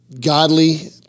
godly